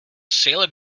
sailor